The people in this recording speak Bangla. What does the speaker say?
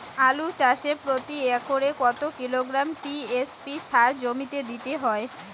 আলু চাষে প্রতি একরে কত কিলোগ্রাম টি.এস.পি সার জমিতে দিতে হয়?